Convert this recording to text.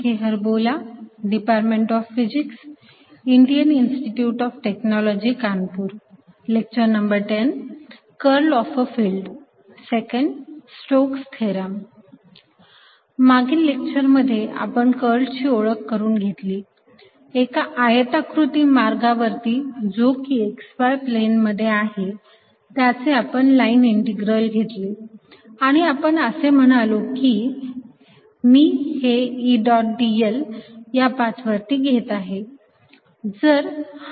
curl of a field II Stokes theorem मागील लेक्चरमध्ये आपण कर्लची ओळख करून घेतली एका आयताकृती मार्गावरती जो की x y प्लेन मध्ये आहे त्याचे आपण लाईन इंटीग्रल घेतले आणि आपण असे म्हणालो की मी हे E डॉट dl या पाथवरती घेत आहे